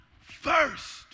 first